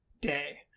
day